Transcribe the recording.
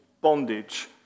bondage